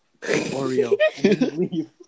Oreo